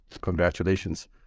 Congratulations